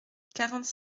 quarante